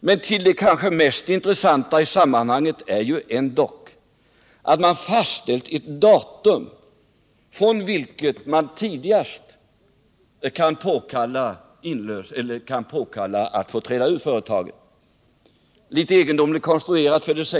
Det mest intressanta i sammanhanget är ändå förhållandet att man fastställt ett datum från vilket man tidigast kan påkalla att få träda ur företaget. Litet egendomligt konstruerat nämns